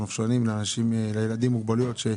נופשונים לילדים עם מוגבלויות.